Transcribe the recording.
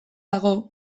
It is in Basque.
dago